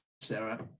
Sarah